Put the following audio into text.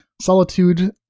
Solitude